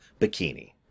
bikini